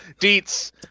Deets